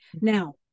Now